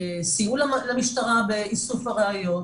סייעו למשטרה באיסוף הראיות,